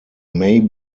may